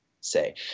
Say